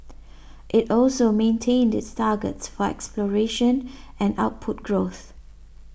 it also maintained its targets for exploration and output growth